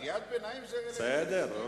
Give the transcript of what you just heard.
תודה.